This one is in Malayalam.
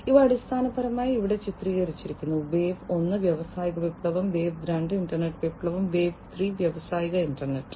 ഇവ അടിസ്ഥാനപരമായി ഇവിടെ ചിത്രീകരിച്ചിരിക്കുന്നു വേവ് ഒന്ന് വ്യാവസായിക വിപ്ലവം വേവ് രണ്ട് ഇന്റർനെറ്റ് വിപ്ലവം വേവ് ത്രീ വ്യാവസായിക ഇന്റർനെറ്റ്